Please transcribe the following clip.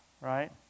right